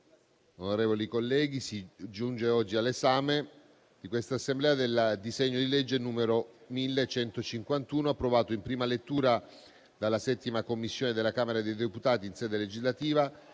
onorevoli colleghi, si giunge oggi all'esame di quest'Assemblea del disegno di legge n. 1151, approvato in prima lettura dalla 7ª Commissione della Camera dei deputati in sede legislativa,